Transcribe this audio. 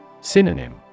Synonym